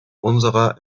unserer